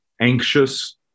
anxious